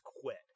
quit